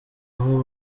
aho